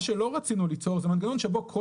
מה שלא רצינו ליצור זה מנגנון שבו כל